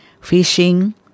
fishing